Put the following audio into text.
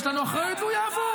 יש לנו אחריות והוא יעבור,